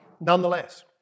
nonetheless